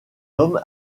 homme